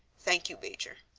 thank you, major.